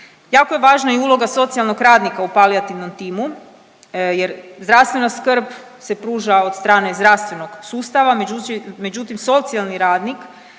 Jako je važna uloga i socijalnog radnika u palijativnom timu jer zdravstvena skrb se pruža od strane zdravstvenog sustava, međutim socijalni radnik